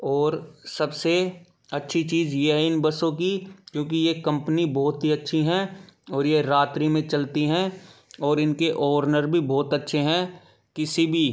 और सबसे अच्छी चीज़ यह है इन बसों कि क्योंकि यह कम्पनी बहुत ही अच्छी है और यह रात्रि में चलती है और इनके ऑरनर भी बहुत अच्छे हैं किसी भी